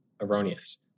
erroneous